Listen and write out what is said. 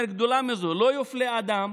אומר: "גדולה מזו, לא יופלה אדם